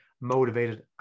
motivated